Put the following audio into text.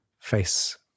face